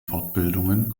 fortbildungen